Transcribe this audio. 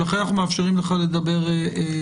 לכן אנחנו מאפשרים לך לדבר ב-זום.